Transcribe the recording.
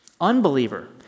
Unbeliever